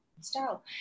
style